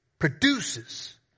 Produces